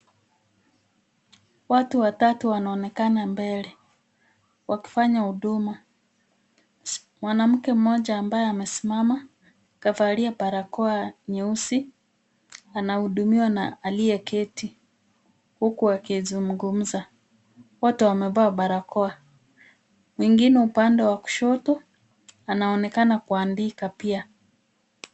Watu watatu wanaonekana mbele wakifanya huduma. Mwanamke mmoja ambaye amesimama kavalia barakoa nyeusi anahudumiwa na aliyeketi huku wakizungumza . Wote wamevaa barakoa, mwingine upande wa kushoto anaonekana kuandika pia.